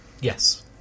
Yes